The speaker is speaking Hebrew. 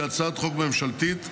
שהיא הצעת חוק ממשלתית,